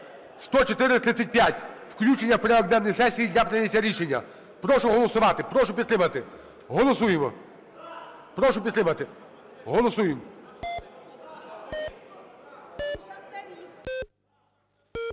Прошу підтримати. Голосуємо.